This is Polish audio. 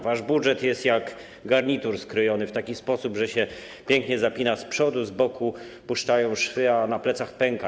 Wasz budżet jest jak garnitur skrojony w taki sposób, że się pięknie zapina z przodu, z boku puszczają szwy, a na plecach pęka.